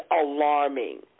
alarming